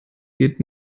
geht